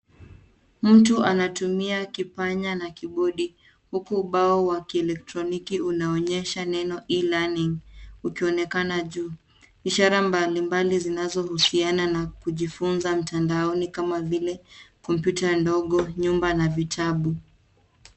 Mtu anatumia kipanya na kibodi huku ubao wa kielektroniki unaonyesha neno e-learning ikionekana juu. Ishara mbalimbali zinazo husiana na kujifunza mtandaoni kama vile na kompyuta ndogo, nyumba na vitabu.